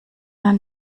ein